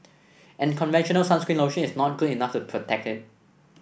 and conventional sunscreen lotion is not good enough to protect it